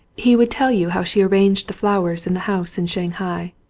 he would tell you how she arranged the flowers in the house in shanghai,